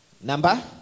number